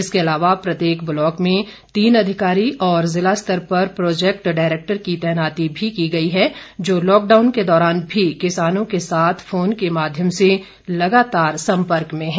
इसके अलावा प्रत्येक ब्लॉक में तीन अधिकारी और जिला स्तर पर प्रोजेक्ट डायरेक्टर की तैनाती भी की गई है जो लॉकडाउन के दौरान भी किसानों के साथ फोन के माध्यम से लगातार संपर्क में हैं